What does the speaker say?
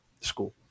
school